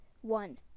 one